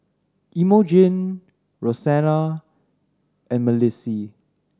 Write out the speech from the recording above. Imogene Rosanna and Malissie